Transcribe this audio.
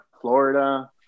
florida